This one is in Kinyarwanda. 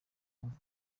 kumva